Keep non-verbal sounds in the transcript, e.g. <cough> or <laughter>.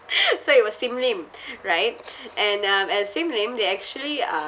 <laughs> so it was sim lim right and um at sim lim they actually